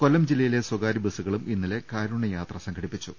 കൊല്ലം ജില്ലയിലെ സ്ഥകാര്യ ബസ്സുകളും ഇന്നലെ കാരുണ്യ യാത്ര സംഘടിപ്പിച്ചു